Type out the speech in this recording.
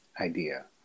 idea